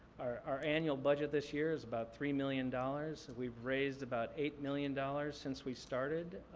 our our annual budget this year is about three million dollars. we've raised about eight million dollars since we started.